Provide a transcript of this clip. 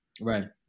Right